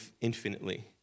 infinitely